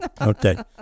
Okay